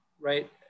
right